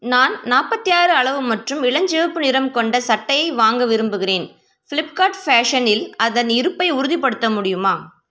நான் நாற்பத்தி ஆறு அளவு மற்றும் இளஞ்சிவப்பு நிறம் கொண்ட சட்டையை வாங்க விரும்புகிறேன் ஃப்ளிப்கார்ட் ஃபேஷனில் அதன் இருப்பை உறுதிப்படுத்த முடியுமா